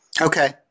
Okay